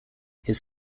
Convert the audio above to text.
his